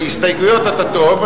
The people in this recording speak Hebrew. להסתייגויות אתה טוב,